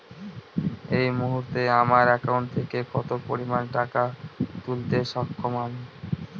এই মুহূর্তে আমার একাউন্ট থেকে কত পরিমান টাকা তুলতে সক্ষম আমি?